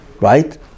right